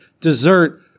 dessert